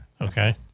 okay